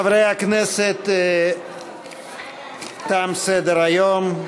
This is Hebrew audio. חברי הכנסת, תם סדר-היום.